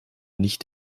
nicht